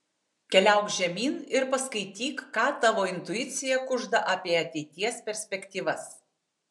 keliauk žemyn ir paskaityk ką tavo intuicija kužda apie ateities perspektyvas